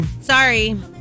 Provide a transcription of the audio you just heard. sorry